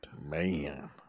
Man